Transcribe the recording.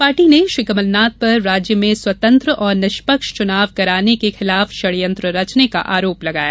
party ने श्री कमलनाथ पर राज्य में स्वतंत्र और निष्पक्ष चुनाव कराने के खिलाफ षडयंत्र रचने का आरोप लगाया